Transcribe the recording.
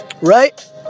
Right